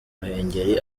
ruhengeri